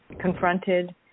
confronted